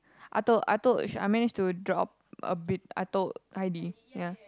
I told I told I manage to drop a bit I told high I D ya